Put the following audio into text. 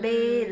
mm